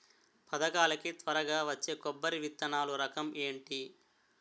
పథకాల కి త్వరగా వచ్చే కొబ్బరి విత్తనాలు రకం ఏంటి?